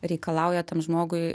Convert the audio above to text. reikalauja tam žmogui